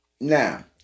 Now